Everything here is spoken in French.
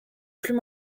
plus